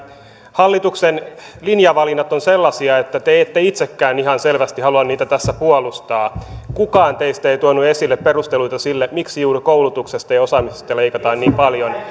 hallituksen linjavalinnat ovat sellaisia että te ette itsekään ihan selvästi halua niitä tässä puolustaa kukaan teistä ei tuonut esille perusteluita sille miksi juuri koulutuksesta ja osaamisesta leikataan niin paljon